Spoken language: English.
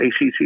ACC